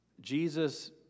Jesus